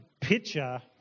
picture